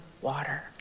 water